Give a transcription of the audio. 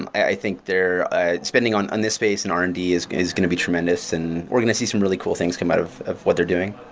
and i think they're ah spending on on this space and r and d is is going to be tremendous, and we're going to see some really cool things come out of of what they're doing